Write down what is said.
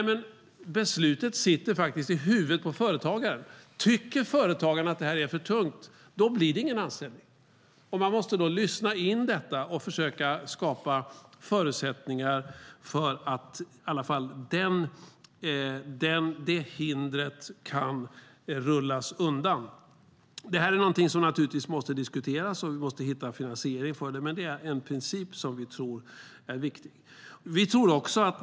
Men beslutet sitter faktiskt i huvudet på företagaren. Tycker företagaren att det här är för tungt blir det ingen anställning. Man måste då lyssna in detta och försöka skapa förutsättningar för att i alla fall det hindret kan rullas undan. Det här är någonting som naturligtvis måste diskuteras, och vi måste hitta en finansiering för det. Men det är en princip som vi tror är viktig.